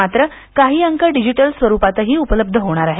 मात्र काही अंक डिजिटल स्वरूपातही उपलब्ध होणार आहेत